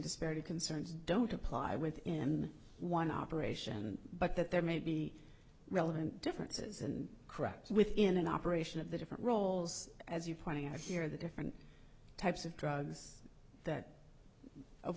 disparity concerns don't apply with him one operation but that there may be relevant differences and cracks within an operation of the different roles as you pointing out here the different types of drugs that of